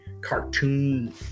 cartoon